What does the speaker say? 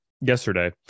yesterday